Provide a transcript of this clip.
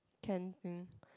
can mm